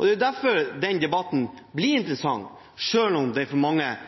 Det er derfor den debatten blir interessant, selv om det for mange